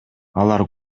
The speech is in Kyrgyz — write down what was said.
алар